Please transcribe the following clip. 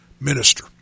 minister